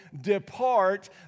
depart